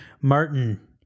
martin